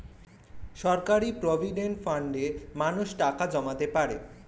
সরকারি প্রভিডেন্ট ফান্ডে মানুষ টাকা জমাতে পারে